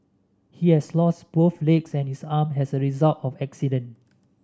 he lost both legs and his arm as a result of the accident